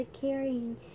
carrying